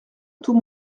tout